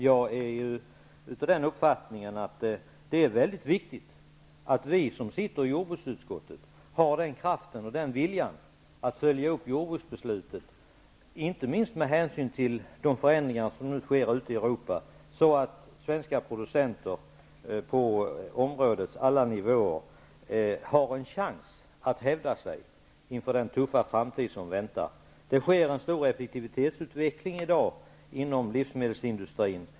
Jag är av den uppfattningen att det är väldigt viktigt att vi som sitter i jordbruksutskottet har kraften och viljan att följa upp jordbruksbeslutet, inte minst med hänsyn till de förändringar som nu sker ute i Europa, så att svenska producenter på områdets alla nivåer har en chans att hävda sig inför den tuffa framtid som väntar. Det sker en stor effektivitetsutveckling i dag inom livsmedelsindustrin.